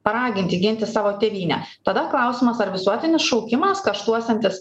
paraginti ginti savo tėvynę tada klausimas ar visuotinis šaukimas kaštuosiantis